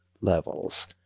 levels